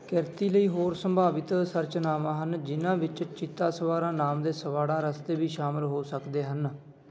ਕਿਰਤੀ ਲਈ ਹੋਰ ਸੰਭਾਵਿਤ ਸੰਰਚਨਾਵਾਂ ਹਨ ਜਿਨ੍ਹਾਂ ਵਿੱਚ ਚਿਤਾਸਵਾਰਾ ਨਾਮ ਦੇ ਸਵਾੜਾ ਰਸਤੇ ਵੀ ਸ਼ਾਮਲ ਹੋ ਸਕਦੇ ਹਨ